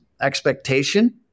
expectation